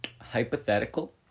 hypothetical